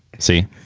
see,